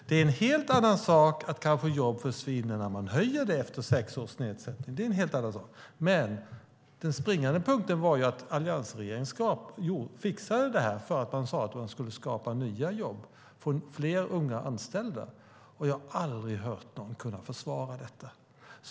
Det är en helt annan sak att jobb kanske försvinner när man höjer efter sex års nedsättning. Men den springande punkten var ju att alliansregeringen fixade detta för att man skulle skapa nya jobb och få fler unga anställda. Jag har aldrig hört någon kunna försvara detta.